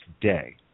day